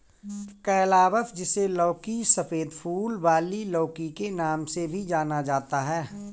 calabash, जिसे लौकी, सफेद फूल वाली लौकी के नाम से भी जाना जाता है